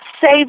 save